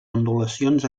ondulacions